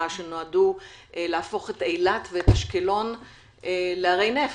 שנועדו להפוך את אילת ואת אשקלון לערי נפט,